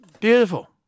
Beautiful